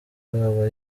aba